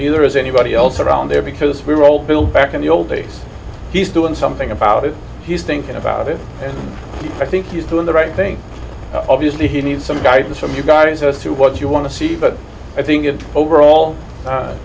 off either as anybody else around there because we were old bill back in the old days he's doing something about it he's thinking about it and i think he's doing the right thing obviously he needs some guidance from you guidance as to what you want to see but i think overall